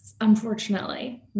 unfortunately